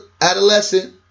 adolescent